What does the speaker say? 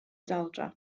daldra